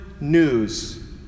news